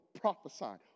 prophesied